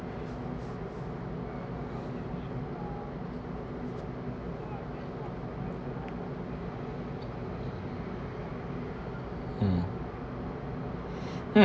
um